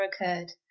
occurred